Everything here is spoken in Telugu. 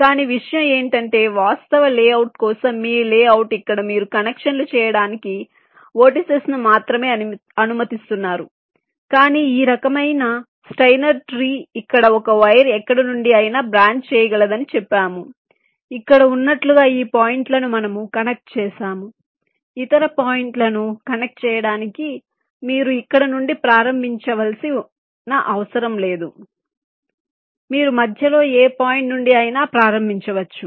కానీ విషయం ఏమిటంటే వాస్తవ లేఅవుట్ కోసం మీ లేఅవుట్ ఇక్కడ మీరు కనెక్షన్లు చేయడానికి వెర్టిసిస్ ను మాత్రమే అనుమతిస్తున్నారు కానీ ఈ రకమైన స్టైనర్ ట్రీ ఇక్కడ ఒక వైర్ ఎక్కడ నుండి అయినా బ్రాంచ్ చేయగలదని చెప్పాము ఇక్కడ ఉన్నట్లుగా ఈ 2 పాయింట్లను మనము కనెక్ట్ చేసాము ఇతర పాయింట్లను కనెక్ట్ చేయడానికి మీరు ఇక్కడ నుండి ప్రారంభించాల్సిన అవసరం లేదు మీరు మధ్యలో ఏ పాయింట్ నుండి అయినా ప్రారంభించవచ్చు